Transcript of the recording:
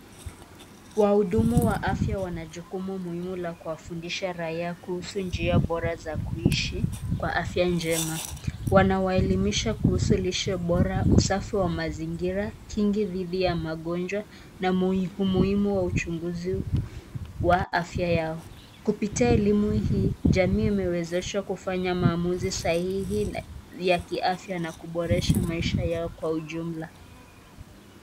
Wahudumu wa afya wana jukumu muhimu la kuwafundisha raia kuhusu njia bora za kuishi kwa afya njema. Wanawaelimisha kuhusu lishe bora, usafi wa mazingira, kingi dhidi ya magonjwa na umuhimu wa uchunguzi wa afya yao. Kupitia elimu hii jamii imewezeshwa kufanya maamuzi sahihi ya kiafya na kuboresha maisha yao kwa ujumla.